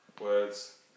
words